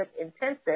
intensive